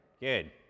Good